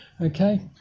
Okay